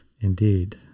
Indeed